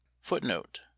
Footnote